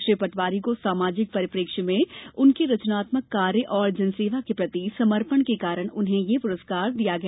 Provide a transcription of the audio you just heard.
श्री पटवारी को सामाजिक परिप्रेक्ष्य में उनके रचनात्मक कार्य और जनसेवा के प्रति समर्पण के कारण उन्हें इस पुरस्कार के लिए चुना गया